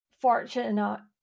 fortunate